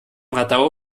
radau